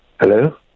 Hello